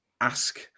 ask